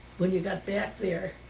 when you got back there.